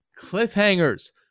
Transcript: cliffhangers